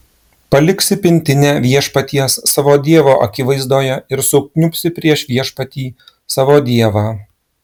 paliksi pintinę viešpaties savo dievo akivaizdoje ir sukniubsi prieš viešpatį savo dievą